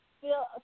feel